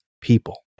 People